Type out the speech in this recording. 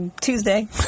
Tuesday